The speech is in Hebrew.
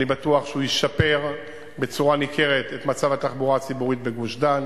אני בטוח שהוא ישפר בצורה ניכרת את מצב התחבורה הציבורית בגוש-דן.